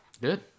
Good